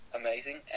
amazing